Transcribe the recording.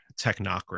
technocracy